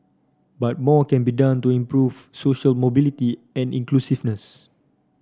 but more can be done to improve social mobility and inclusiveness